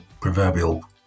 proverbial